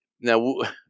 now